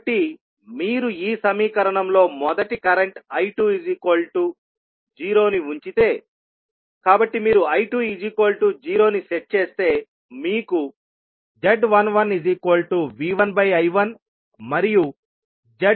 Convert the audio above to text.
కాబట్టి మీరు ఈ సమీకరణంలో మొదటి కరెంట్ I20 ను ఉంచితేకాబట్టి మీరు I20 ను సెట్ చేస్తే మీకు z11V1I1 మరియు z21V2I1 లభిస్తాయి